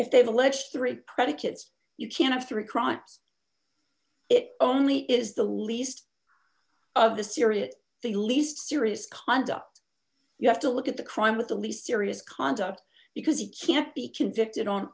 if they've alleged three predicates you can have three crimes it only is the least of the serious the least serious conduct you have to look at the crime with the least serious conduct because he can't be convicted on